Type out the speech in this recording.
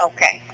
Okay